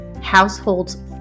households